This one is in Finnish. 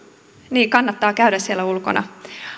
niin kannattaa käydä siellä ulkona